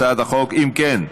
אם כן,